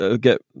get